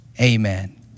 amen